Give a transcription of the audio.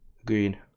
Agreed